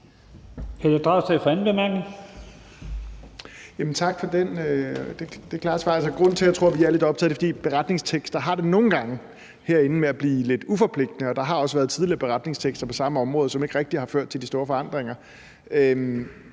det klare svar. Jeg tror, at grunden til, at vi er lidt optaget af det, er, at beretningstekster herinde nogle gange har en tendens til at blive lidt uforpligtende, og der har også tidligere været beretningstekster på det samme område, som ikke rigtig har ført til de store forandringer.